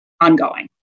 ongoing